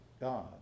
God